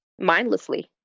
mindlessly